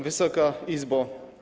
Wysoka Izbo!